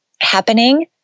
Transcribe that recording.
happening